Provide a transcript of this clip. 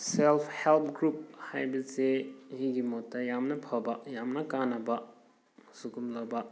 self help group ꯍꯥꯏꯕꯁꯦ ꯑꯩꯒꯤ ꯃꯣꯠꯇ ꯌꯥꯝꯅ ꯐꯕ ꯌꯥꯝꯅ ꯀꯥꯟꯅꯕ ꯑꯁꯤꯒꯨꯝꯂꯕ